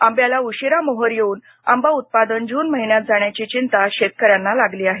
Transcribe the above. आंब्याला उशिरा मोहर येऊन आंबा उत्पादन जून महिन्यात जाण्याची चिंता शेतकऱ्यांना लागली आहे